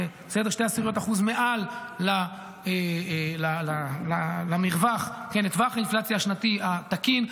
זה 0.2% מעל למרווח, לטווח האינפלציה השנתי התקין.